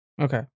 Okay